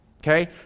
Okay